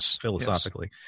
philosophically